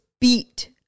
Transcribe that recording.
beat